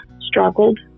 struggled